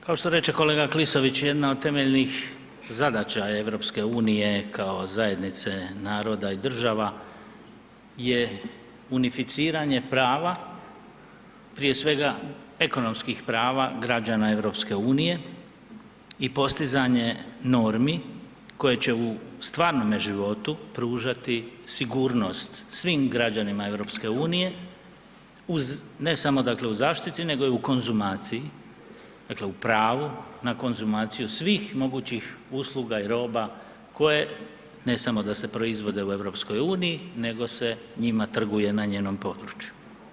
Kao što reče kolega Klisović jedna od temeljni zadaća EU kao zajednice naroda i država je unificiranje prava, prije svega ekonomskih prava građana EU i postizanje normi koje će u stvarnome životu pružati sigurnost svim građanima EU, ne samo u zaštiti nego i u konzumaciji, dakle u pravu na konzumaciju svih mogućih usluga i roba koje ne samo da se proizvode u EU nego se njima trguje na njenom području.